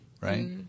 right